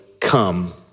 come